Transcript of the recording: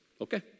Okay